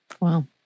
Wow